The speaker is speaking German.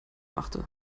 machte